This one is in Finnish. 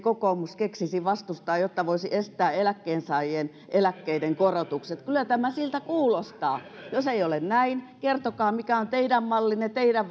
kokoomus keksisi vastustaa jotta voisi estää eläkkeensaajien eläkkeiden korotukset kyllä tämä siltä kuulostaa jos ei ole näin kertokaa mikä on teidän mallinne teidän